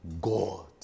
God